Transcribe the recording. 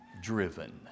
driven